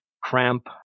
cramp